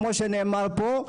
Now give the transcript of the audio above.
כמו שנאמר פה,